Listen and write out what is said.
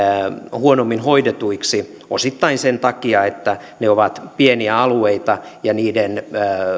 huonommin hoidetuiksi osittain sen takia että ne ovat pieniä alueita ja niiden